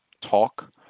talk